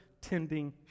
tending